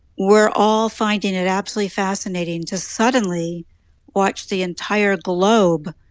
we're all finding it absolutely fascinating to suddenly watch the entire globe